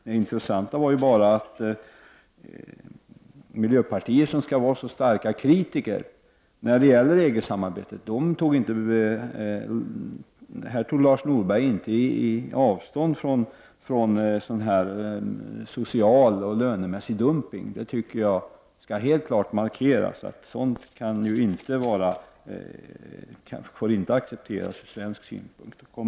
Det intressanta är att en representant för miljöpartiet, ett parti som så starkt kritiserar EG-samarbetet, här inte tog avstånd från vad man skulle kunna kalla en social och lönemässig dumpning. Jag tycker emellertid att det klart skall markeras att detta inte får eller kommer att accepteras från svensk synpunkt.